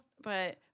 But-